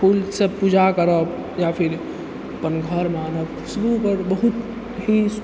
फूलसँ पूजा करब या फेर अपन घरमे आनब खुशबू ओकर बहुत ही